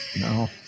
No